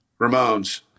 Ramones